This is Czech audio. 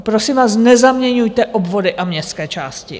Prosím vás, nezaměňujte obvody a městské části.